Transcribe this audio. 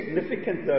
significant